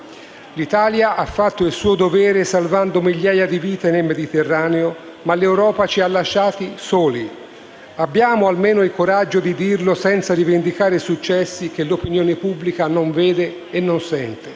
L'Italia ha fatto il suo dovere salvando migliaia di vite nel Mediterraneo, ma l'Europa ci ha lasciati soli: abbiamo almeno il coraggio di dirlo senza rivendicare successi che l'opinione pubblica non vede e non sente.